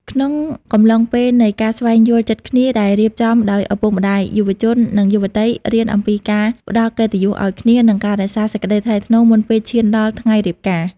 ក្នុងកំឡុងពេលនៃការស្វែងយល់ចិត្តគ្នាដែលរៀបចំដោយឪពុកម្ដាយ យុវជន និងយុវតីរៀនអំពីការផ្ដល់កិត្តិយសឱ្យគ្នា និងការរក្សាសេចក្ដីថ្លៃថ្នូរមុនពេលឈានដល់ថ្ងៃរៀបការ។